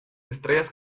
estrellas